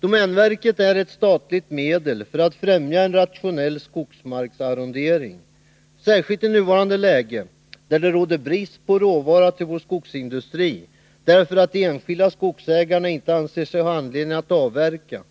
Domänverket är ett statligt medel för att främja en rationell skogsmarksarrondering. Särskilt i nuvarande läge, där det råder brist på råvara till vår skogsindustri därför att de enskilda skogsägarna inte anser sig ha anledning att avverka,